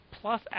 plus